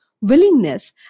willingness